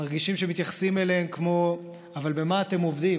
מרגישים שמתייחסים אליהם כמו, אבל במה אתם עובדים?